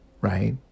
right